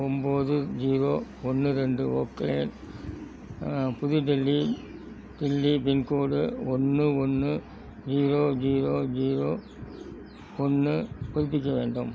ஒம்பது ஜீரோ ஒன்று ரெண்டு ஓக் லேன் புது தில்லி தில்லி பின்கோடு ஒன்று ஒன்று ஜீரோ ஜீரோ ஜீரோ ஒன்று புதுப்பிக்க வேண்டும்